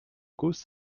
cause